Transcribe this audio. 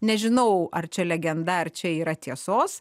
nežinau ar čia legenda ar čia yra tiesos